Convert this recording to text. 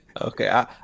Okay